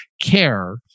care